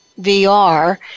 VR